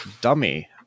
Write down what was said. Dummy